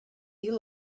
you